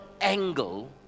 angle